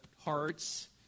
hearts